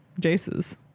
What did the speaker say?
Jace's